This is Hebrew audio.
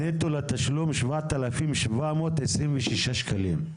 נטו לתשלום שבעת אלפים שבע מאות עשרים ושישה שקלים.